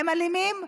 הם אלימים,